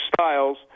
styles